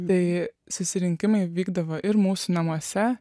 tai susirinkimai vykdavo ir mūsų namuose